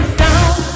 down